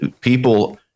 people